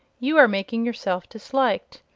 you are making yourself disliked.